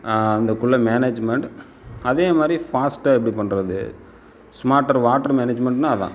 இந்தக்குள்ளே management அதே மாதிரி ஃபாஸ்ட்டாக எப்படி பண்ணுறது ஸ்மார்ட்டர் வாட்ரு மேனேஜ்மெண்ட்னால் அதுதான்